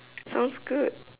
sounds good